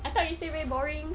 I thought you say very boring